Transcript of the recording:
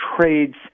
trade's